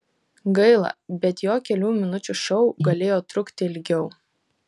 gaila bet jo kelių minučių šou galėjo trukti ilgiau